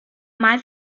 mal